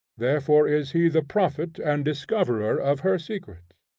therefore is he the prophet and discoverer of her secrets.